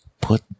put